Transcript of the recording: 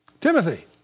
Timothy